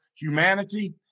humanity